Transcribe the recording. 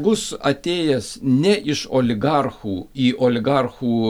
bus atėjęs ne iš oligarchų į oligarchų